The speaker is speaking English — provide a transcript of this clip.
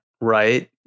right